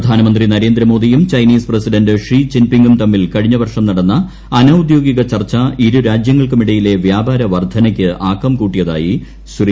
പ്രധാനമന്ത്രി നരേന്ദ്രമോദിയും Chinese president Xi Jin പിങ്ങും തമ്മിൽ കഴിഞ്ഞ വർഷം നടന്ന അനൌദ്യോഗിക ചർച്ച ഇരു രാജ്യങ്ങൾക്കുമിടയിലെ വ്യാപാര വർദ്ധനയ്ക്ക് ആക്കം കൂട്ടിയതായി ശ്രീ